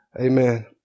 Amen